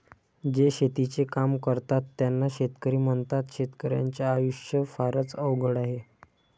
जे शेतीचे काम करतात त्यांना शेतकरी म्हणतात, शेतकर्याच्या आयुष्य फारच अवघड आहे